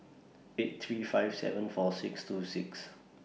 eight three five seven four six two six